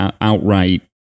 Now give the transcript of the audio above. outright